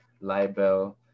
libel